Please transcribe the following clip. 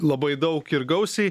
labai daug ir gausiai